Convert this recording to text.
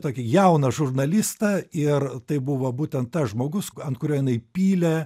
tokį jauną žurnalistą ir tai buvo būtent tas žmogus ant kurio jinai pylė